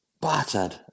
battered